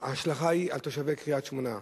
ושההשלכה היא על תושבי קריית-שמונה.